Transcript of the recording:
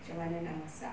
macam mana nak masak